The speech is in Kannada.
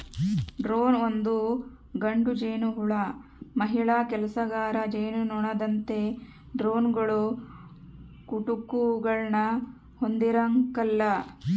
ಡ್ರೋನ್ ಒಂದು ಗಂಡು ಜೇನುಹುಳು ಮಹಿಳಾ ಕೆಲಸಗಾರ ಜೇನುನೊಣದಂತೆ ಡ್ರೋನ್ಗಳು ಕುಟುಕುಗುಳ್ನ ಹೊಂದಿರಕಲ್ಲ